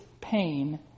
pain